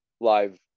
live